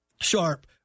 sharp